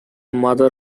mother